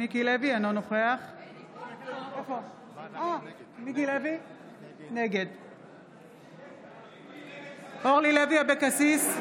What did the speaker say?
נגד אורלי לוי אבקסיס,